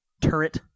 turret